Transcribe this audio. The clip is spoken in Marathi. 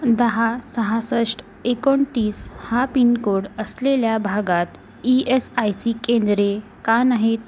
दहा सहासष्ट एकोणतीस हा पिनकोड असलेल्या भागात ई एस आय सी केंद्रे का नाहीत